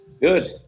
Good